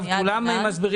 אנחנו בסך